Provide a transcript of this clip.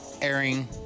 Airing